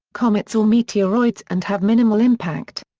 comets or meteoroids and have minimal impact.